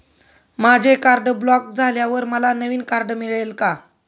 माझे card block झाल्यावर मला नवीन कार्ड मिळेल का?